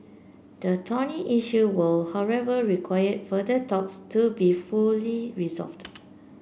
the thorny issue will however require further talks to be fully resolved